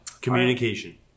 communication